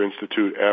institute